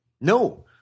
No